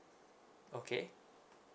okay